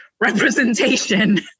representation